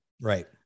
right